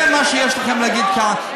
זה מה שיש לכם להגיד כאן,